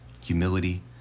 humility